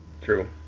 True